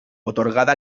atorgada